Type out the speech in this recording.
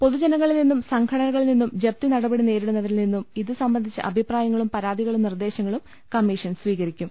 പൊതുജനങ്ങളിൽ നിന്നും സംഘടനകളിൽ നിന്നും ജപ്തി നടപടി നേരിടുന്നവരിൽ നിന്നും ഇത് സംബന്ധിച്ച അഭിപ്രായങ്ങളും പരാതികളും നിർദേശങ്ങളും കമ്മീഷൻ സ്വീകരിക്കും